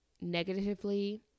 negatively